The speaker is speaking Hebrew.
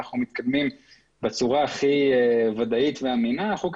אנחנו מתקדמים בצורה הכי ודאית ואמינה אנחנו,